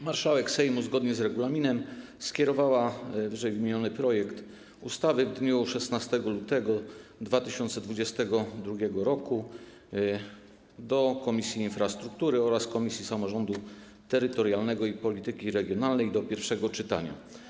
Marszałek Sejmu zgodnie z regulaminem skierowała ww. projekt ustawy w dniu 16 lutego 2022 r. do Komisji Infrastruktury oraz Komisji Samorządu Terytorialnego i Polityki Regionalnej do pierwszego czytania.